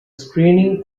screening